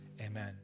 Amen